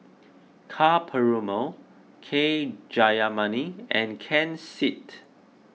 Ka Perumal K Jayamani and Ken Seet